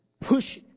push